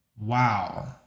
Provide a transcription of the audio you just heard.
wow